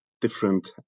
different